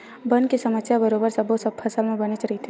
बन के समस्या ह बरोबर सब्बो फसल म बनेच रहिथे